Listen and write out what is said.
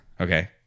Okay